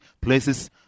places